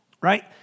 right